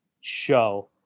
show